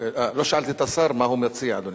לא שאלתי את השר מה הוא מציע, אדוני.